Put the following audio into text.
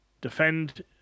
Defend